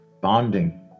bonding